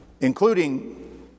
including